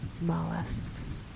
Mollusks